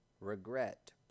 REGRET